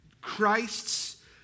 Christ's